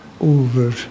over